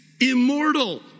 immortal